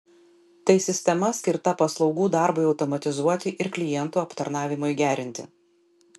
tai sistema skirta paslaugų darbui automatizuoti ir klientų aptarnavimui gerinti